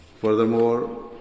Furthermore